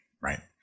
right